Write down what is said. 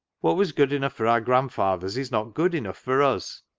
what was good enough for our grand fathers is not good enough for us.